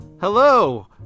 Hello